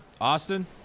Austin